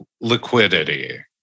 liquidity